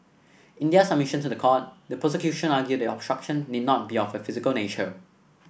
in their submissions to the court the prosecution argued that obstruction need not be of a physical nature